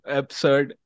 absurd